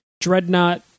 Dreadnought